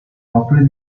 opere